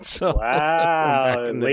Wow